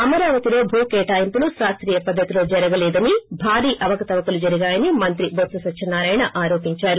అమరావతిలో భూకేటాయింపులు శాస్తీయ పద్దతిలో జరగలేదని భారీ అవకతవకలు జరిగాయని మంత్రి బొత్స సత్యనారాయణ ఆరోపించారు